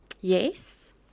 yes